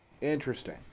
Interesting